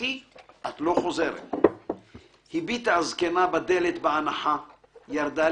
איתי את לא חוזרת'/ הביטה הזקנה בדלת באנחה ירדה